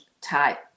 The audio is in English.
type